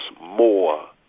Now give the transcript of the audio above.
more